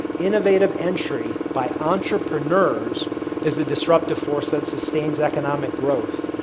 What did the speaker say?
innovative entry by entrepreneurs is the disruptive force that sustains economic growth,